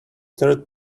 third